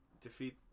defeat